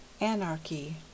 Anarchy